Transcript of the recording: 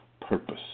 purpose